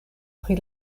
pri